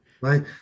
Right